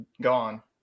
gone